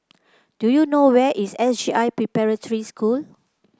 do you know where is S J I Preparatory School